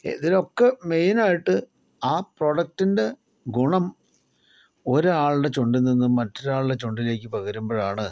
ഇതിലൊക്കെ മെയ്നായിട്ട് ആ പ്രൊഡക്ടിൻ്റെ ഗുണം ഒരാളുടെ ചുണ്ടിൽ നിന്നും മറ്റൊരാളുടെ ചുണ്ടിലേക്ക് പകരുമ്പോഴാണ്